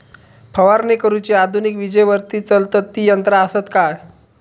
फवारणी करुची आधुनिक विजेवरती चलतत ती यंत्रा आसत काय?